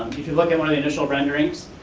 if you look at one of the initial renderings,